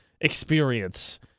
experience